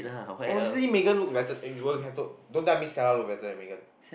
obviously Megan look better eh you will have to don't tell me Stella look better than Megan